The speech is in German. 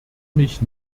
mich